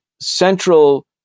central